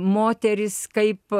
moterys kaip